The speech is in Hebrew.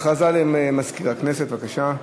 הודעה למזכיר הכנסת, בבקשה.